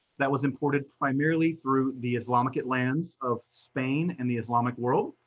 that was imported primarily through the islamic lands of spain and the islamic world.